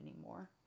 anymore